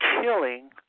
killing